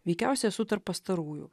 veikiausia esu tarp pastarųjų